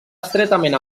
estretament